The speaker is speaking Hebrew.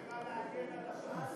זה בא להגן על הוועד?